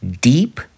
Deep